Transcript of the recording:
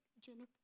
Jennifer